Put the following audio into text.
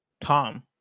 Tom